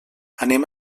anem